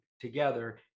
together